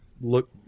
look